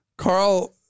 Carl